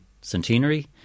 centenary